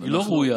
היא לא ראויה.